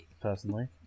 personally